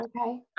okay